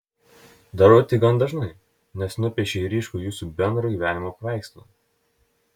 darau tai gan dažnai nes nupiešei ryškų jūsų bendro gyvenimo paveikslą